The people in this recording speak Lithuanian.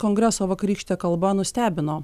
kongreso vakarykštė kalba nustebino